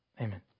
amen